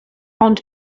ond